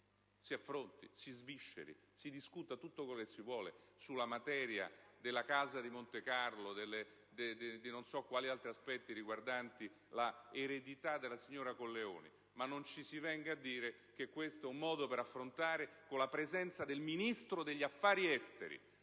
si affronti, si svisceri e si discuta tutto quello che si vuole, sulla materia della casa di Montecarlo e di non so quali altri aspetti riguardanti l'eredità della signora Colleoni. Ma non ci si venga a dire che questo sia un modo per affrontare, con la presenza del Ministro degli affari esteri,